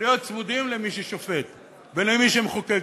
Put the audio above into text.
ולהיות צמודים למי ששופט ולמי שמחוקק,